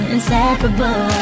Inseparable